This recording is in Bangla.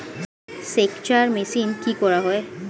সেকচার মেশিন কি করা হয়?